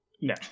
No